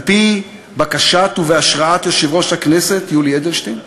על-פי בקשת ובהשראת יושב-ראש הכנסת יולי אדלשטיין,